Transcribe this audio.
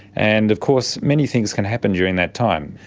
and of course many things can happen during that time.